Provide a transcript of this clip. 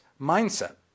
mindset